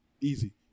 Easy